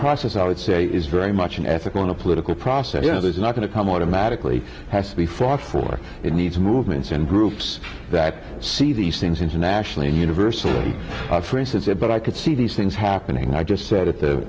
process i would say is very much an ethical and a political process you know there's not going to come automatically has to be fought for it needs movements and groups that see these things internationally universally for instance there but i could see these things happening i just said at the